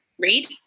read